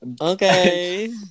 Okay